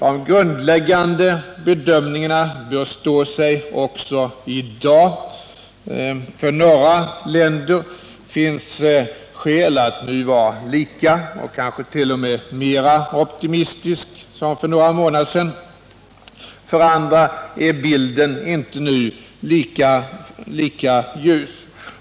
De grundläggande bedömningarna bör stå sig också i dag. För några länder finns skäl att nu vara lika optimistisk som för några månader sedan, kanske t.o.m. att vara mera optimistisk. För andra är bilden inte lika ljus.